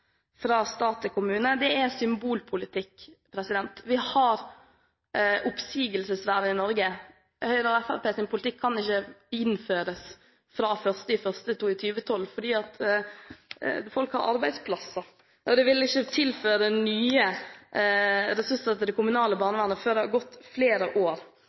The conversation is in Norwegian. stat til kommune. Det er symbolpolitikk. Vi har oppsigelsesvern i Norge. Høyre og Fremskrittspartiets politikk kan ikke innføres fra 1. januar 2012, fordi folk har arbeidsplasser. Dette vil ikke tilføre nye ressurser til det kommunale barnevernet før det har gått flere år.